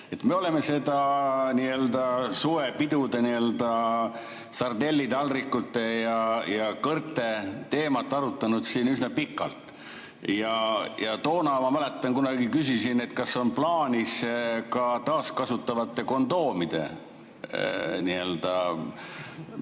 Me oleme seda nii-öelda suvepidude sardellitaldrikute ja kõrte teemat arutanud siin üsna pikalt. Ma mäletan, ma kunagi küsisin, kas on plaanis ka taaskasutatavate kondoomide